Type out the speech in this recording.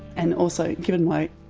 and also given my,